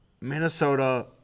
Minnesota